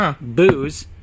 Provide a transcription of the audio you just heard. booze